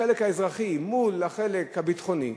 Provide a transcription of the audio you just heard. החלק האזרחי מול החלק הביטחוני.